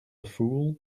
fool